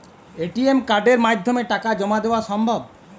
ATM কার্ডের মাধ্যমে টাকা জমা দেওয়া সম্ভব?